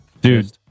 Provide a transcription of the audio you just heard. Dude